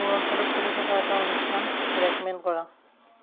মোৰ অঞ্চলত চলি থকা এটা অনুষ্ঠান ৰেকমেণ্ড কৰা